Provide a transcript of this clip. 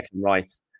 Rice